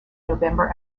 november